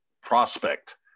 prospect